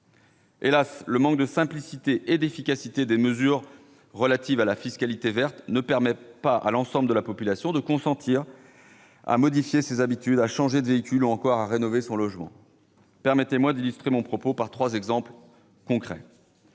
Las, le manque de simplicité et d'efficacité des mesures relatives à la fiscalité verte ne permet pas à l'ensemble de la population de consentir à modifier ses habitudes, à changer de véhicule ou à rénover son logement. Permettez-moi d'illustrer mon propos par trois exemples concrets.